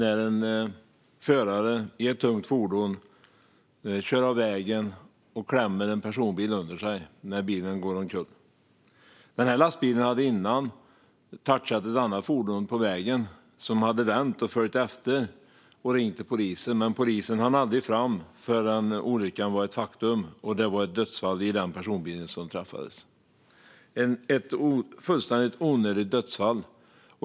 En förare i ett tungt fordon körde av vägen och klämde en personbil under sig när fordonet gick omkull. Lastbilen hade innan touchat ett annat fordon på vägen som hade vänt, följt efter och ringt till polisen. Men polisen hann aldrig fram förrän olyckan var ett faktum, och det var ett dödsfall i den personbil som träffades - ett fullständigt onödigt dödsfall.